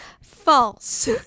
False